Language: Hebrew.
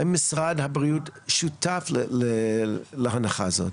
האם משרד הבריאות שותף להנחה הזאת?